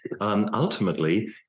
Ultimately